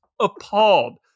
appalled